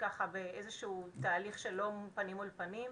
ככה באיזה שהוא תהליך שהוא לא פנים מול פנים,